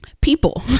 people